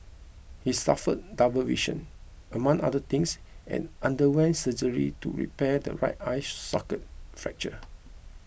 he suffered double vision among other things and underwent surgery to repair the right eye socket fracture